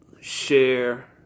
share